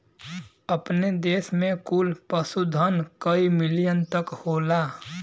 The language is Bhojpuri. अपने देस में कुल पशुधन कई मिलियन तक होला